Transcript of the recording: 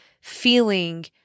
feeling